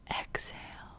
exhale